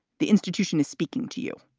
the institution is speaking to you.